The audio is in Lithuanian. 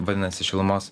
vadinasi šilumos